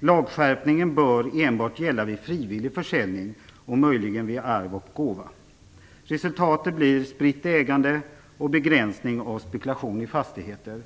Lagskärpningen bör enbart gälla vid frivillig försäljning och möjligen vid arv och gåva. Resultatet blir enligt oss ett spritt ägande och en begränsning av spekulation i fastigheter.